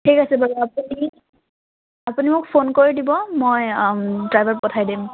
ঠিক আছে বাৰু আপুনি আপুনি মোক ফোন কৰি দিব মই ড্ৰাইভাৰ পঠাই দিম